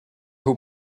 who